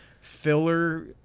filler